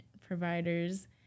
providers